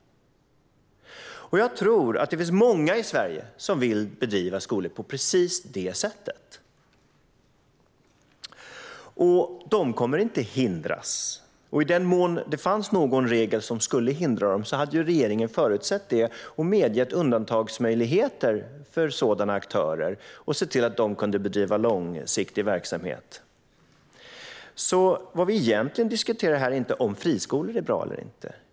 Jag tror att det finns många i Sverige som vill driva skolor på precis det sättet, och de kommer inte att hindras. I den mån som det fanns någon regel som hade hindrat dem hade ju regeringen förutsett det och medgett undantagsmöjligheter för sådana aktörer för att de skulle kunna bedriva långsiktig verksamhet. Vad vi egentligen diskuterar här är inte om friskolor är bra eller inte.